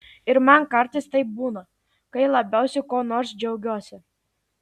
ir man kartais taip būna kai labiausiai kuo nors džiaugiuosi